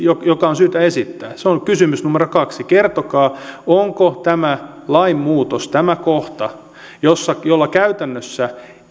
joka on syytä esittää se on kysymys numero kaksi kertokaa onko tämä lainmuutos tämä kohta jolla käytännössä